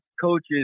coaches